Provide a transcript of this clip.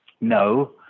no